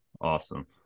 awesome